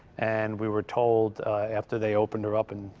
and we were told after they opened her up, and